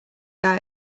guy